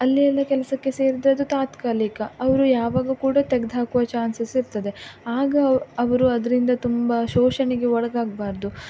ಅಲ್ಲೇ ಎಲ್ಲ ಕೆಲಸಕ್ಕೆ ಸೇರಿದರೆ ಅದು ತಾತ್ಕಾಲಿಕ ಅವರು ಯಾವಾಗ ಕೂಡ ತೆಗ್ದು ಹಾಕುವ ಚಾನ್ಸಸ್ ಇರ್ತದೆ ಆಗ ಅವರು ಅದರಿಂದ ತುಂಬ ಶೋಷಣೆಗೆ ಒಳಗಾಗಬಾರ್ದು